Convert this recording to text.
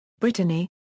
Brittany